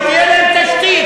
שתהיה להם תשתית.